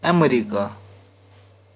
America